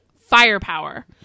firepower